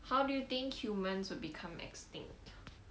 how do you think humans would become extinct